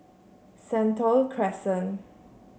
Sentul Crescent